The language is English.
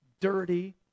dirty